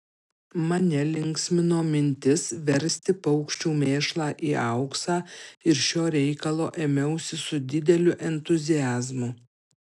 mane linksmino mintis versti paukščių mėšlą į auksą ir šio reikalo ėmiausi su dideliu entuziazmu